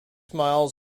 mile